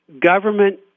government